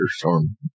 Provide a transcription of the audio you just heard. thunderstorm